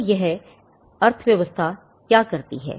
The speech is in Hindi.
तो यह व्यवस्था क्या कार्य करती है